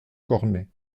cornet